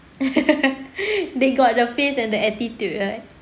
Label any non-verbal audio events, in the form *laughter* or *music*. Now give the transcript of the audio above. *laughs* they got the face and the attitude right